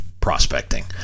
prospecting